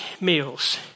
meals